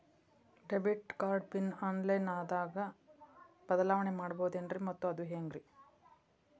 Debit card PIN online ದಾಗ ಬದಲಾವಣೆ ಮಾಡಬಹುದೇನ್ರಿ ಮತ್ತು ಅದು ಹೆಂಗ್ರಿ?